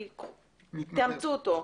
תאמצו אותו.